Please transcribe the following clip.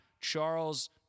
Charles